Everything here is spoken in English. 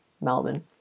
Melbourne